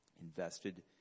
invested